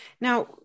Now